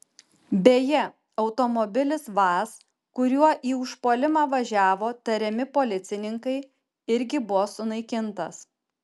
beje automobilis vaz kuriuo į užpuolimą važiavo tariami policininkai irgi buvo sunaikintas